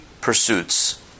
pursuits